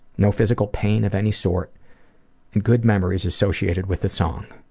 no physical pain of any sort and good memories associated with the song.